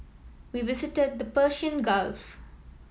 we visited the Persian Gulf